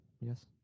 Yes